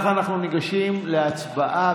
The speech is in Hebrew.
כך, אנחנו ניגשים להצבעה.